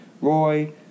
Roy